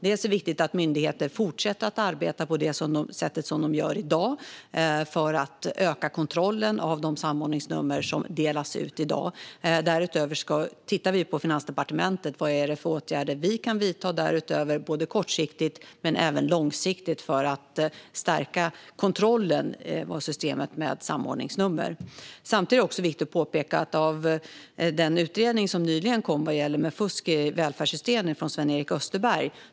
Det är viktigt att myndigheter fortsätter arbeta på det sätt som de gör i dag för att öka kontrollen av de samordningsnummer som delas ut i dag. Därutöver tittar vi på Finansdepartementet på vilka åtgärder vi kan vidta därutöver, både kortsiktigt och långsiktigt, för att stärka kontrollen av systemet med samordningsnummer. Samtidigt är det viktigt att titta på resultatet av den utredning under ledning av Sven-Erik Österberg som nyligen kom vad gäller fusk i välfärdssystemen.